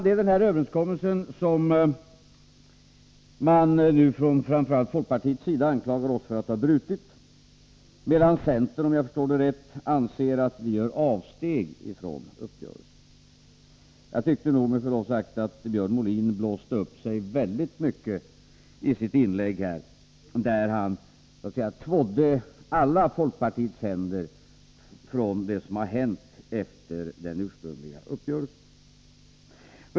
Det är denna överenskommelse som man nu från framför allt folkpartiets sida anklagar oss för att ha brutit, medan centern, om jag förstår det rätt, anser att vi gör avsteg från uppgörelsen. Jag tyckte nog med förlov sagt att Björn Molin blåste upp sig väl mycket i sitt inlägg, där han så att säga tvådde folkpartiets händer i fråga om det som har hänt efter den ursprungliga uppgörelsen.